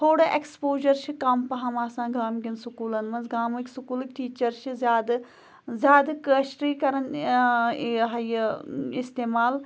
تھوڑا اٮ۪کٕسپوجَر چھِ کَم پَہَم آسان گامکٮ۪ن سکوٗلَن منٛز گامٕکۍ سکوٗلٕکۍ ٹیٖچَر چھِ زیادٕ زیادٕ کٲشرُے کَران یہِ ہہ یہِ اِستعمال